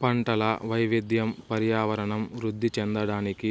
పంటల వైవిధ్యం పర్యావరణం వృద్ధి చెందడానికి